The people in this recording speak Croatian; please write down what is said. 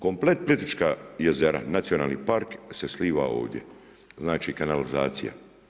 Komplet Plitvička jezera, nacionalni park se sliva ovdje, znači kanalizacija.